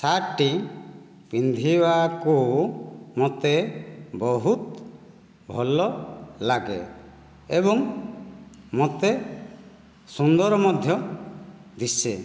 shirt ଟି ପିନ୍ଧିବାକୁ ମୋତେ ବହୁତ ଭଲ ଲାଗେ ଏବଂ ମୋତେ ସୁନ୍ଦର ମଧ୍ୟ ଦିଶେ